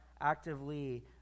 actively